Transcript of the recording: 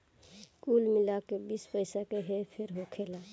कुल मिला के बीस पइसा के हेर फेर होखेला